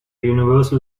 universal